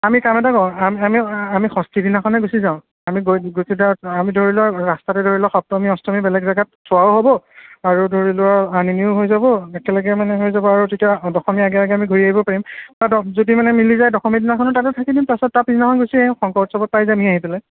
আমি কাম এটা কৰো আমি আমি আমি ষষ্ঠী দিনাখনে গুচি যাওঁ আমি গৈ গুচি যাওঁ আমি ধৰি লোৱা ৰাস্তাতে ধৰি লোৱা সপ্তমী অষ্টমী বেলেগ জেগাত চোৱাও হ'ব আৰু ধৰি লোৱা আনিনীও হৈ যাব একেলগে মানে হৈ যাব আৰু তেতিয়া দশমীৰ আগে আগে আমি ঘূৰি আহিব পাৰিম আৰু যদি মিলি যায় দশমী দিনাখনো তাতে থাকি দিম তাৰপিছত তাৰ পিছ দিনাখন গুচি আহিম শংকৰ উৎসৱত পাই যামহি আহি পেলাই